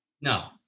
No